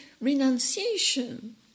renunciation